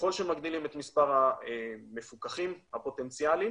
ככל שמגדילים את מספר המפוקחים הפוטנציאליים,